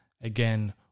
again